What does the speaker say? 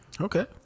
Okay